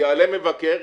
יעלה מבקר,